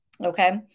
Okay